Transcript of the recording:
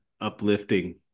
uplifting